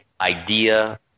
idea